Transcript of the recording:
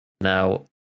now